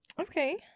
Okay